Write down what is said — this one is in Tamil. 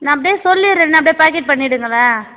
நான் அப்படியே சொல்லிடுறேனே அப்படியே பாக்கெட் பண்ணிடுங்களேன்